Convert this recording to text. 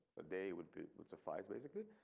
a day would be would suffice. basically,